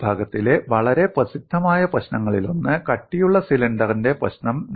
ഈ വിഭാഗത്തിലെ വളരെ പ്രസിദ്ധമായ പ്രശ്നങ്ങളിലൊന്നാണ് കട്ടിയുള്ള സിലിണ്ടറിന്റെ പ്രശ്നം